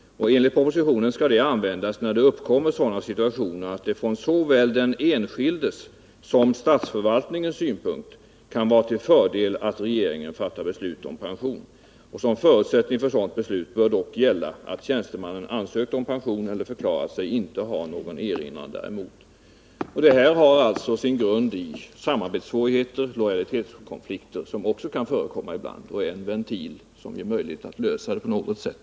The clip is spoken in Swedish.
Enligt propositionen skall den möjligheten utnyttjas när det uppkommer sådana situationer att det från såväl den enskildes som statsförvaltningens synpunkt kan vara till fördel att regeringen fattar beslut om pension. Som förutsättning för sådant beslut bör dock gälla att tjänstemannen ansökt om pension eller förklarat sig inte ha någon erinran däremot. En sådan pensionering kan bero på att det föreligger samarbetssvårigheter eller lojalitetskonflikter och är en ventil som öppnar möjligheter att klara av situationen.